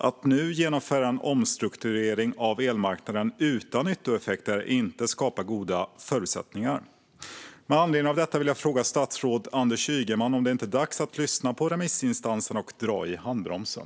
Att nu genomföra en omstrukturering av elmarknaden utan nyttoeffekter är inte att skapa goda förutsättningar. Med anledning av detta vill jag fråga statsrådet Anders Ygeman om det inte är dags att lyssna på remissinstanserna och dra i handbromsen.